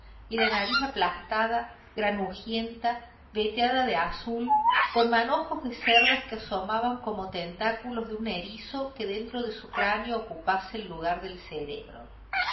y la nariz aplastada granujienta veteada de azul con manojos de cerdas que asomaban como tentáculos de un erizo que dentro de su cráneo ocupase el lugar del cerebro